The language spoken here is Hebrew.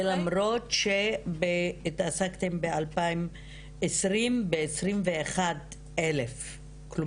וזה למרות שהתעסקתם ב-2020 בכ-21,000 בקשות.